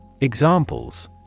examples